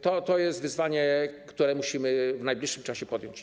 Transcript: To jest wyzwanie, które musimy w najbliższym czasie podjąć.